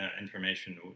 information